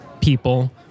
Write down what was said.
people